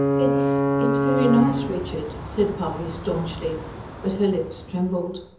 it's. it's very nice, richard, said polly staunchly but her lips trembled.